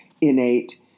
innate